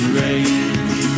rage